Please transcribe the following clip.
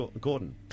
Gordon